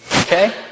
Okay